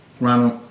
Ronald